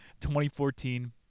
2014